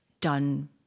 done